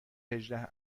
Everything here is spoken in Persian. هجده